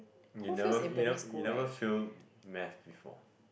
you never you never you never fail math before